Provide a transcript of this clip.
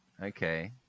Okay